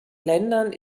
ländern